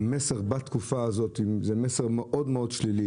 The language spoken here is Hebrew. המסר בתקופה הזאת זה מסר מאוד שלילי